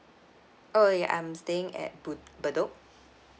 oh yea I'm staying at bed~ bedok